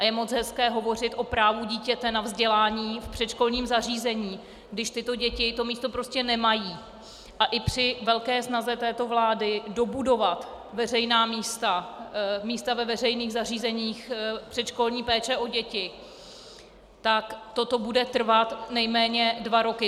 Je moc hezké hovořit o právu dítěte na vzdělání v předškolním zařízení, když tyto děti to místo prostě nemají, a i při velké snaze této vlády dobudovat místa ve veřejných zařízeních předškolní péče o děti toto bude trvat nejméně dva roky.